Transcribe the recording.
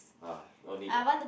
ah no need lah